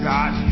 God